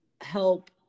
help